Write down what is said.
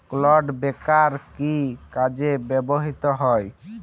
Clod breaker কি কাজে ব্যবহৃত হয়?